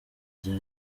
rya